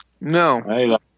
No